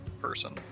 person